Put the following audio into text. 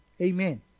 Amen